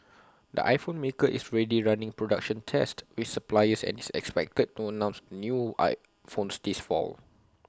the iPhone maker is ready running production tests with suppliers and is expected to announce the new I phones this fall